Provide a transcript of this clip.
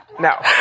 No